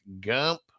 Gump